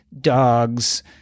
dogs